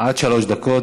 עד שלוש דקות.